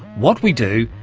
what we do,